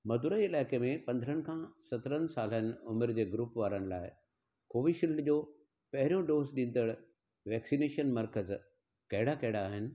मधुराई इलाइके में पंद्रहं खां सत्रहं सालनि उमिरि जे ग्रूप वारनि लाइ कोवीशील्ड जो पहिरियों डोज़ ॾींदड़ वैक्सीनेशन मर्कज़ कहिड़ा कहिड़ा आहिनि